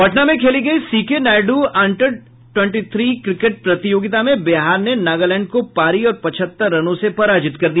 पटना में खेली गयी CK Naidu under twenty three cricket प्रतियोगिता में बिहार ने नागालैंड को पारी और पचहत्तर रनों से पराजित कर दिया